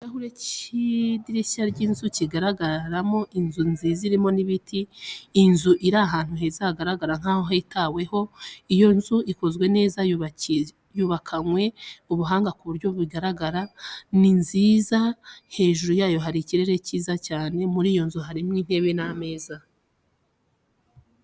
Ni ikirahure cy'idirishya ry'inzu, kigaragaramo inzu nziza irimo n'ibiti, inzu iri ahantu heza hagaragara nkaho hitahweho, iyo nzu ikoze neza yubakanywe ubuhanga ku buryo bigaragara. Ni nziza, hejuru yayo hari ikirere cyiza cyane, muri iyo nzu harimo intebe n'ameza.